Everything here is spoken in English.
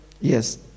yes